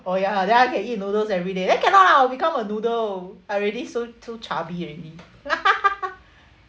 oh ya then I can eat noodles everyday eh cannot lah become a noodle I already so so chubby already